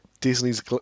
Disney's